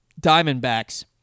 Diamondbacks –